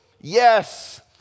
Yes